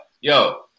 yo